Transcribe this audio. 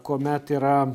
kuomet yra